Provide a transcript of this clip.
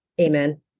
amen